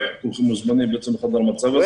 כולכם מוזמנים בעצם לחדר המצב הזה.